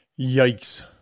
Yikes